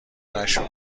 نشو